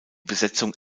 besetzung